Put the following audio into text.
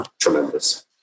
tremendous